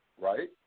right